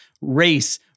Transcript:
race